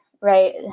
right